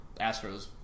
Astros